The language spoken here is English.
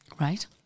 Right